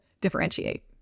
differentiate